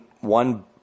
one